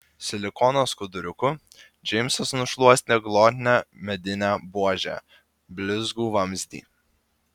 silikono skuduriuku džeimsas nušluostė glotnią medinę buožę blizgų vamzdį